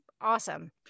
awesome